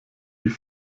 die